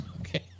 Okay